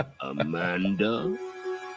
Amanda